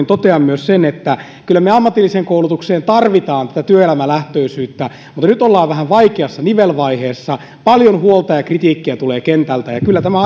totean myös sen että kyllä me ammatilliseen koulutukseen tarvitsemme tätä työelämälähtöisyyttä mutta nyt ollaan vähän vaikeassa nivelvaiheessa paljon huolta ja kritiikkiä tulee kentältä ja kyllä tämä